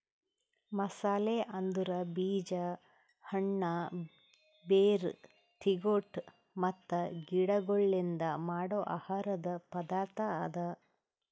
ಮಸಾಲೆ ಅಂದುರ್ ಬೀಜ, ಹಣ್ಣ, ಬೇರ್, ತಿಗೊಟ್ ಮತ್ತ ಗಿಡಗೊಳ್ಲಿಂದ್ ಮಾಡೋ ಆಹಾರದ್ ಪದಾರ್ಥ ಅದಾ